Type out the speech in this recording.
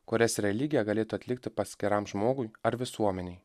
kurias religija galėtų atlikti paskiram žmogui ar visuomenei